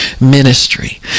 ministry